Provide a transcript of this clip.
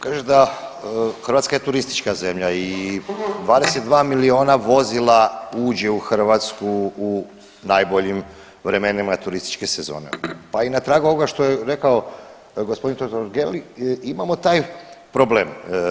Kažete da, Hrvatska je turistička zemlja i 22 milijuna vozila uđe u Hrvatsku u najboljim vremenima turističke sezone pa i na tragu ovoga što je rekao g. Totgergeli, imamo taj problem.